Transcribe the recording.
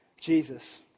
Jesus